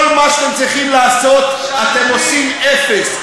כל מה שאתם צריכים לעשות אתם עושים אפס,